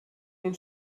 den